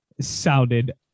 sounded